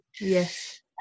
Yes